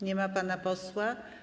Nie ma pana posła.